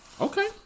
Okay